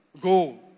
Go